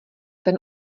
ten